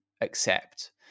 accept